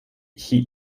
heat